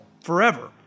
forever